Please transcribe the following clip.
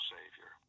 Savior